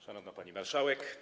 Szanowna Pani Marszałek!